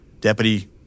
Deputy